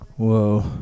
Whoa